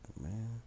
man